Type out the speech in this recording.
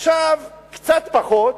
עכשיו, קצת פחות,